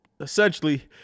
essentially